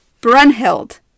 Brunhild